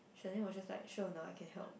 Sherlyn was just like sure or not I can help